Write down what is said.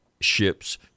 ships